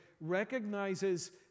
recognizes